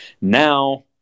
Now